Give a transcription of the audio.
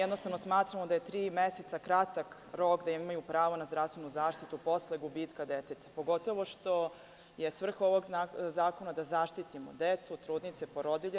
Jednostavno smatramo da je tri meseca kratak rok, da imaju pravo na zdravstvenu zaštitu posle gubitka deteta, pogotovo što je svrha ovog zakona da zaštitimo decu, trudnice i porodilje.